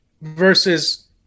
versus